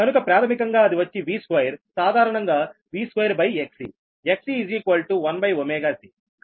కనుక ప్రాథమికంగా అది వచ్చి V2 సాధారణంగా V2Xc Xc1c